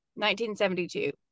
1972